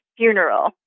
funeral